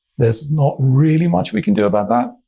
there's not really much we can do about that.